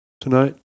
tonight